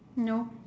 no